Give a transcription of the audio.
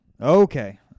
Okay